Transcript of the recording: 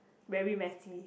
very messy